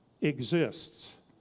exists